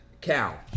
Cow